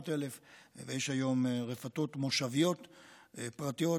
800,000. יש היום רפתות מושביות פרטיות,